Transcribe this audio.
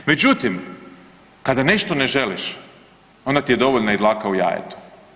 Međutim, kada nešto ne želiš, onda ti je dovoljna i dlaka u jajetu.